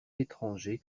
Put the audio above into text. étranger